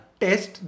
test